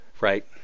Right